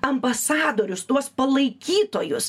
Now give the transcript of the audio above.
ambasadorius tuos palaikytojus